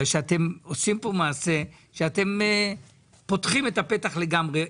אתם עושים פה מעשה שאתם פותחים את הפתח לגמרי,